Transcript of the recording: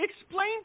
Explain